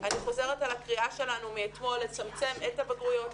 אני חוזרת על הקריאה שלנו מאתמול לצמצם את הבגרויות,